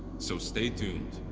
so stay tuned!